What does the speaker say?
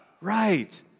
Right